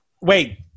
Wait